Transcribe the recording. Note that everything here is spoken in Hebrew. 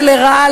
ולרעה,